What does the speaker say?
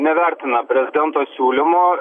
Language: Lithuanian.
nevertina prezidento siūlymo